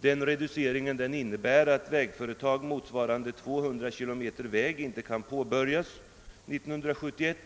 Denna reducering innebär att vägföretag motsvarande cirka 200 km väg inte kan påbörjas under 1971.